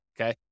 okay